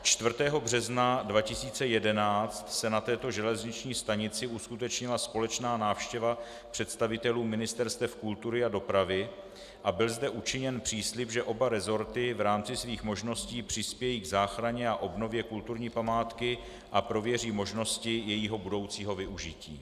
Čtvrtého března 2011 se na této železniční stanici uskutečnila společná návštěva představitelů Ministerstev kultury a dopravy a byl zde učiněn příslib, že oba resorty v rámci svých možností přispějí k záchraně a obnově kulturní památky a prověří možnosti jejího budoucího využití.